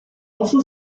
also